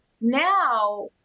now